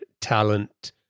talent